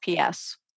ps